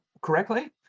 correctly